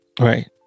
Right